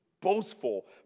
boastful